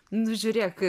nu žiūrėk